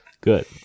good